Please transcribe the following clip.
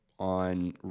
on